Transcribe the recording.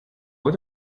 what